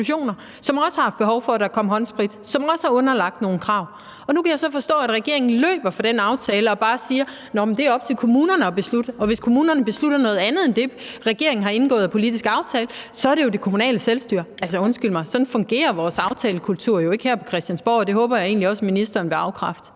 som også har haft behov for, at der kom håndsprit, og som også er underlagt nogle krav – og hvor regeringen så løber fra den aftale og bare siger: Det er op til kommunerne at beslutte, og hvis kommunerne beslutter noget andet end det, regeringen har indgået en politisk aftale om, så er det jo det kommunale selvstyre. Altså, undskyld mig: Sådan fungerer vores aftalekultur jo ikke her på Christiansborg. Og det håber jeg egentlig også at ministeren vil bekræfte.